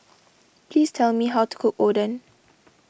please tell me how to cook Oden